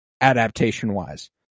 adaptation-wise